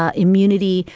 ah immunity.